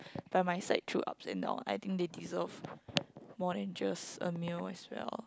by my side through ups and down I think they deserve more than just a meal as well